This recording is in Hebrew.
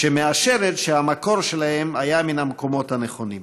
שמאשרת שהמקור שלהם היה מהמקומות הנכונים.